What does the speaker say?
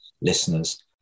listeners